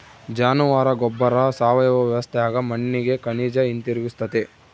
ಜಾನುವಾರ ಗೊಬ್ಬರ ಸಾವಯವ ವ್ಯವಸ್ಥ್ಯಾಗ ಮಣ್ಣಿಗೆ ಖನಿಜ ಹಿಂತಿರುಗಿಸ್ತತೆ